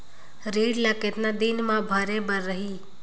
ऋण ला कतना दिन मा भरे बर रही?